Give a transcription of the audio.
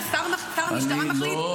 שר המשטרה מחליט?